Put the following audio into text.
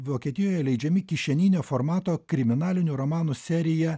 vokietijoje leidžiami kišeninio formato kriminalinių romanų serija